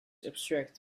abstract